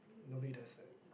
nobody does that